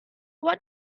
what